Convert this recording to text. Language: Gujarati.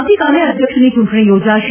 આવતીકાલે અધ્યક્ષની ચૂંટણી યોજાશે